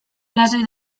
lasai